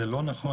זה לא נכון,